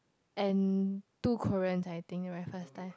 and two Korean I think at the first time